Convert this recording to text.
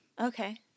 Okay